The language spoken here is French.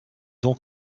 donc